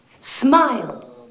Smile